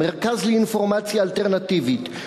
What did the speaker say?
"המרכז לאינפורמציה אלטרנטיבית",